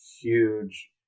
huge